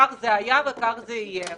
כך זה היה וכך זה יהיה.